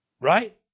Right